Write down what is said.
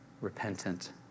repentant